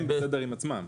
הם בסדר עם עצמם.